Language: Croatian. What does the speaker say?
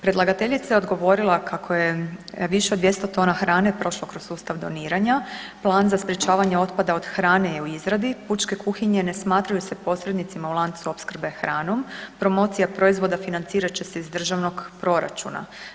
Predlagateljica je odgovorila kako je više od 200 tona hrane prošlo kroz sustav doniranja, plan za sprječavanje otpada od hrane je u izradi, pučke kuhinje ne smatraju se posrednicima u lancu opskrbe hranom, promocija proizvoda financirat će se iz državnog proračuna.